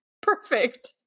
Perfect